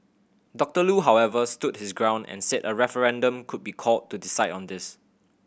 Doctor Loo however stood his ground and said a referendum could be called to decide on this